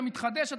המתחדשת,